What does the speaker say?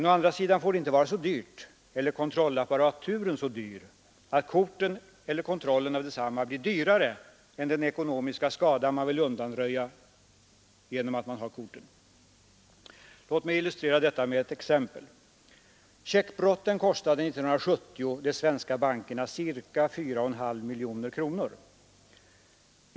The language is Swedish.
Å andra sidan får kontrollapparaturen inte vara så dyr att kortet eller kontrollen av detsamma blir dyrare än den ekonomiska skada man vill förhindra genom att ha kortet. Låt mig illustrera detta med ett exempel. Checkbrotten kostade 1970 de svenska bankerna ca 4,5 miljoner kronor.